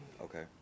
Okay